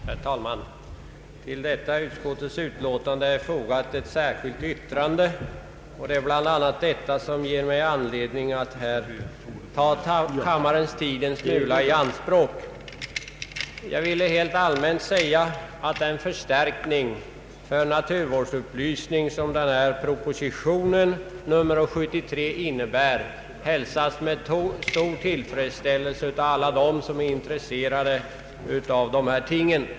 Herr talman! Till detta utskottets utlåtande är fogat ett särskilt yttrande, och det är bl.a. detta som ger mig anledning att ta kammarens tid en smula i anspråk. Jag vill helt allmänt säga att den förstärkning för = naturvårdsupplysning som förslagen i proposition nr 73 inne bär hälsas med stor tillfredsställelse av alla dem som är intresserade av dessa ting.